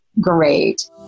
Great